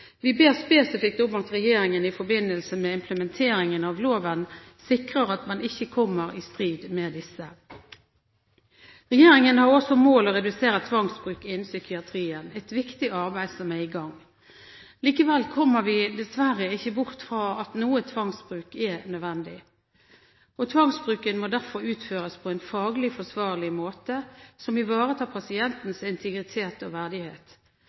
Vi ber spesifikt om at regjeringen i forbindelse med implementeringen av loven sikrer at man ikke kommer i strid med disse. Regjeringen har også som mål å redusere tvangsbruk innen psykiatrien – et viktig arbeid som er i gang. Likevel kommer vi dessverre ikke bort fra at noe tvangsbruk er nødvendig, og tvangsbruken må derfor utøves på en faglig forsvarlig måte som ivaretar pasientens integritet og verdighet.